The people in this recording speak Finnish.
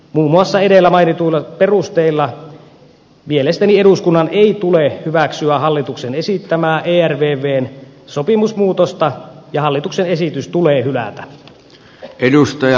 muun muassa edellä mainituilla perusteilla mielestäni eduskunnan ei tule hyväksyä hallituksen esittämää ervvn sopimusmuutosta ja hallituksen esitys tulee hylätä